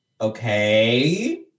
okay